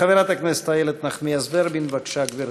חברת הכנסת איילת נחמיאס ורבין, בבקשה, גברתי.